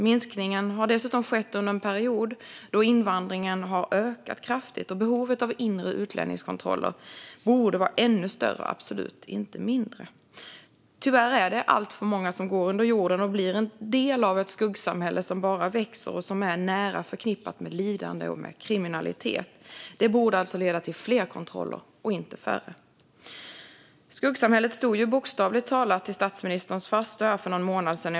Minskningen har dessutom skett under en period då invandringen har ökat kraftigt och behovet av inre utlänningskontroller borde vara ännu större - absolut inte mindre. Tyvärr är det alltför många som går under jorden och blir en del av ett skuggsamhälle som bara växer och som är nära förknippat med lidande och kriminalitet. Det borde leda till fler kontroller - inte färre. Skuggsamhället stod bokstavligt talat i statsministerns farstu för någon månad sedan.